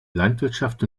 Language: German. landwirtschaft